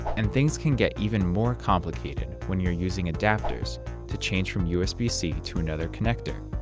and things can get even more complicated when you're using adapters to change from usb-c to another connector,